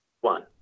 one